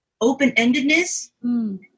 open-endedness